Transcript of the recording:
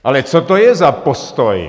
Ale co to je za postoj: